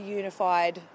unified